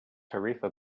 tarifa